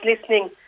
listening